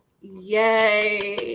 yay